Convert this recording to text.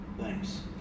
Thanks